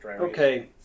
Okay